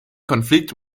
konflikt